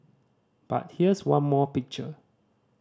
but here's one more picture